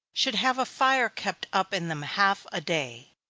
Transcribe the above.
should have a fire kept up in them half a day.